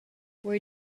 where